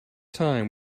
time